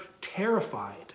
terrified